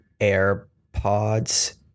AirPods